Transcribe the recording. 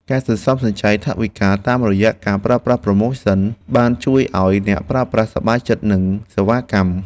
ការសន្សំសំចៃថវិកាតាមរយៈការប្រើប្រាស់ប្រូម៉ូសិនបានជួយឱ្យអ្នកប្រើប្រាស់សប្បាយចិត្តនឹងសេវាកម្ម។